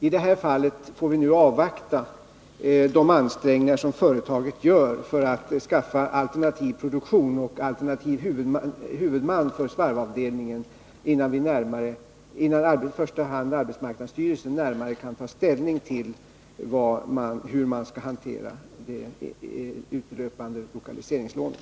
I det här fallet får vi avvakta de ansträngningar företaget gör för att skaffa alternativ produktion och alternativ huvudman för svarvavdelningen innan i första hand arbetsmarknadsstyrelsen närmare kan ta ställning till hur man skall hantera det utelöpande lokaliseringslånet.